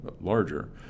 larger